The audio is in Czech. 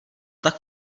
tak